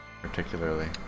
particularly